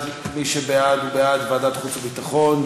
מי שבעד, הוא בעד ועדת החוץ והביטחון,